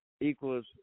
Equals